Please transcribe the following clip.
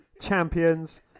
champions